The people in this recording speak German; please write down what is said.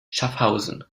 schaffhausen